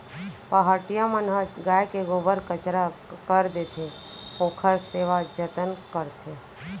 पहाटिया मन ह गाय के गोबर कचरा कर देथे, ओखर सेवा जतन करथे